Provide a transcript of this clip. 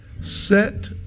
Set